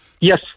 Yes